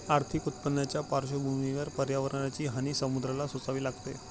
आर्थिक उत्पन्नाच्या पार्श्वभूमीवर पर्यावरणाची हानी समुद्राला सोसावी लागते